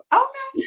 okay